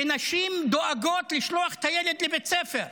ונשים דואגות לשלוח את הילד לבית ספר.